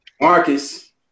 Marcus